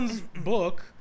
book